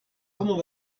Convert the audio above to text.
comment